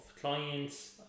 clients